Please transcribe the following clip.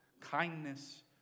kindness